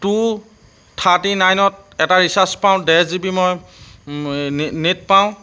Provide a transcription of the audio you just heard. two thirty নাইনত এটা recharge পাওঁ ডেৰ জিবি মই নেট পাওঁ